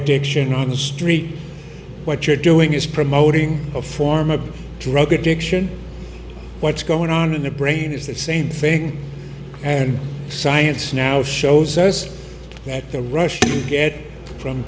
addiction on the street what you're doing is promoting a form of drug addiction what's going on in the brain is that same thing and science now shows us that the rush to get from